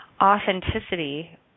Authenticity